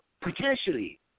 potentially